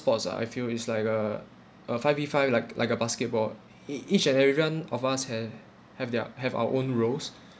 sports ah I feel is like uh a five V five like like a basketball e~ each and everyone of us have have their have our own roles